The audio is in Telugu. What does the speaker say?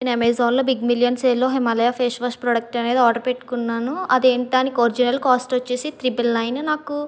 నేను అమెజాన్లో బిగ్ మిలియన్ సేల్లో హిమాలయా ఫేస్ వాష్ ప్రోడక్ట్ అనేది ఆర్డెర్ పెట్టుకున్నాను అది ఏంటా అని దాని ఒరిజినల్ కాస్ట్ వచ్చేసి ట్రిబుల్ నైన్ నాకు